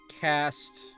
cast